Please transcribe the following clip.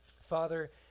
Father